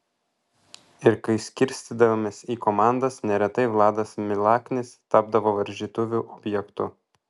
ir kai skirstydavomės į komandas neretai vladas milaknis tapdavo varžytuvių objektu